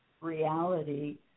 reality